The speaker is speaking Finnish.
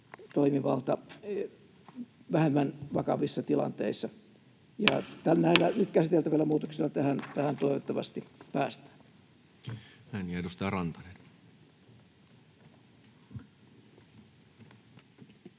toimivalta vähemmän vakavissa tilanteissa. Näillä nyt käsiteltävillä muutoksilla tähän toivottavasti päästään. [Speech 92] Speaker: